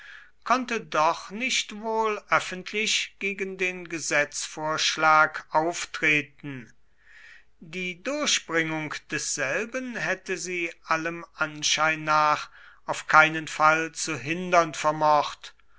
konnte doch nicht wohl öffentlich gegen den gesetzvorschlag auftreten die durchbringung desselben hätte sie allem anschein nach auf keinen fall zu hindern vermocht